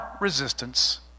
resistance